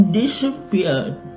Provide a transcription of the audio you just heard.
disappeared